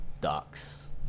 Docs